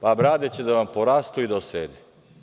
Pa, brade će da vam porastu i osede.